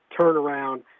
turnaround